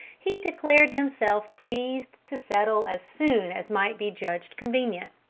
he declared himself pleased to settle as soon as might be judged convenient.